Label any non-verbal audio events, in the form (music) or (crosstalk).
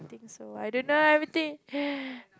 so I didn't know everything (breath)